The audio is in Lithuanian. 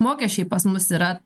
mokesčiai pas mus yra